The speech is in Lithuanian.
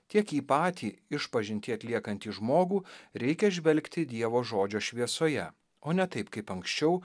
tiek į patį išpažintį atliekantį žmogų reikia žvelgti dievo žodžio šviesoje o ne taip kaip anksčiau